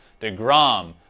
DeGrom